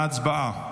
הצבעה.